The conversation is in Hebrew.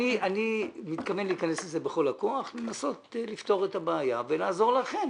אני מתכוון להיכנס לזה בכל הכוח ולנסות לפתור את הבעיה ולעזור לכם,